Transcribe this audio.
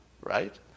right